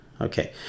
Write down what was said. Okay